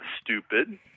stupid